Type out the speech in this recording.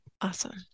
Awesome